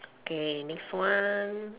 okay next one